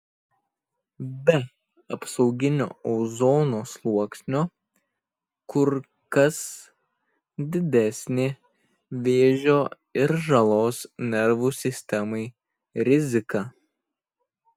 be apsauginio ozono sluoksnio kur kas didesnė vėžio ir žalos nervų sistemai rizika